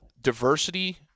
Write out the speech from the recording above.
diversity